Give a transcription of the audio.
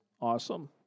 awesome